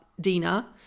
Dina